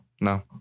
No